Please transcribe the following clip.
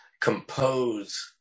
compose